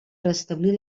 restablir